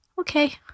Okay